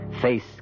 face